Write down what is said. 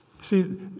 See